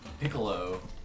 piccolo